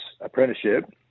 apprenticeship